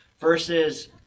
versus